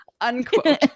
unquote